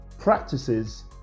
practices